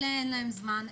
אלה - אין להם זמן.